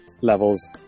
levels